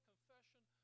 confession